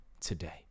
today